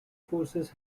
forces